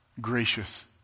gracious